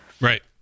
Right